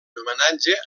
homenatge